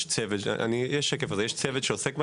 יש צוות שעוסק בנושא,